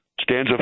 Stanza